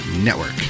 Network